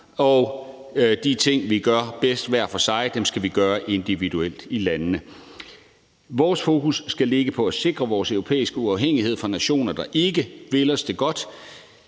og de ting, vi gør bedst hver for sig, skal vi gøre individuelt i landene. Vores fokus skal ligge på at sikre vores europæiske uafhængighed af nationer, der ikke vil os det godt.